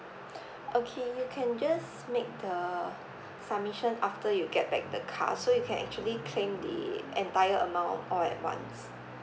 okay you can just make the submission after you get back the car so you can actually claim the entire amount all at once